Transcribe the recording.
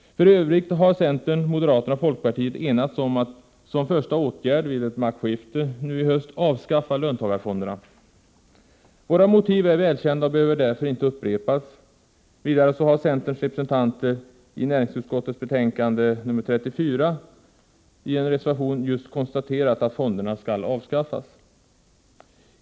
För övrigt har centern, moderaterna och folkpartiet enats om att som första åtgärd vid ett maktskifte nu i höst avskaffa löntagarfonderna. Våra motiv är välkända och behöver därför inte upprepas. Vidare har centerpartiets representanter i näringsutskottet i en reservation till betänkandet nr 34 framhållit att fonderna skall avskaffas.